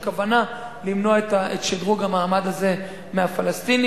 כוונה למנוע את שדרוג המעמד הזה מהפלסטינים.